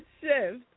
shift